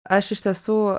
aš iš tiesų